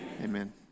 Amen